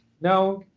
Now